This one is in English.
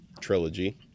trilogy